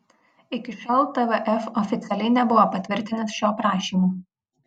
iki šiol tvf oficialiai nebuvo patvirtinęs šio prašymo